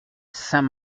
saint